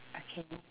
okay